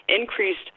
increased